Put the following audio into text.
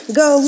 go